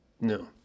No